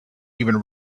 even